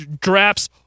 drafts